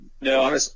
No